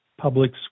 public